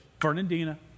Fernandina